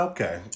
Okay